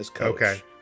Okay